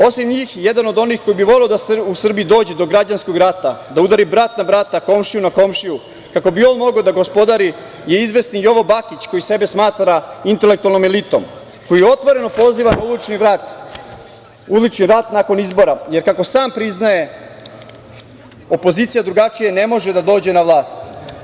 Osim njih jedan od onih koji bi voleo da u Srbiji dođe do građanskog rata, da udari brat na brata, komšija na komšiju kako bi on mogao da gospodari je izvesni Jovo Bakić koji sebe smatra intelektualnom elitom, koji otvoreno poziva na ulični rat, ulični rat nakon izbora, jer, kako sam priznaje, opozicija drugačije ne može da dođe na vlast.